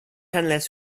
unless